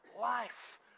life